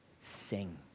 sing